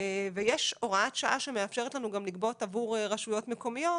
ויש הוראת שעה שמאפשרת לנו לגבות גם עבור רשויות מקומיות,